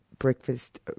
Breakfast